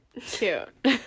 Cute